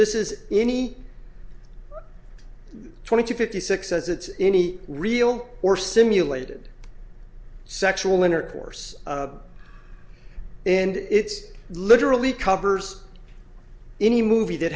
this is any twenty two fifty six as it's any real or simulated sexual intercourse and it's literally converse in a movie